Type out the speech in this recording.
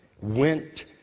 went